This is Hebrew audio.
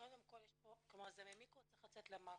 קודם כל יש פה, כלומר ממיקרו זה צריך לצאת למקרו.